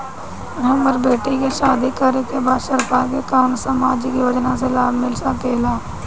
हमर बेटी के शादी करे के बा सरकार के कवन सामाजिक योजना से लाभ मिल सके ला?